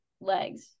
legs